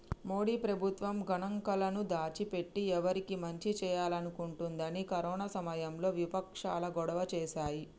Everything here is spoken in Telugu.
మోడీ ప్రభుత్వం గణాంకాలను దాచి పెట్టి ఎవరికి మంచి చేయాలనుకుంటుందని కరోనా సమయంలో వివక్షాలు గొడవ చేశాయి